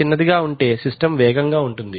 చిన్నదిగా ఉంటే సిస్టమ్ వేగంగా ఉంటుంది